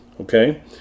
okay